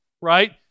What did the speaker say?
right